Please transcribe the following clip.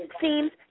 seems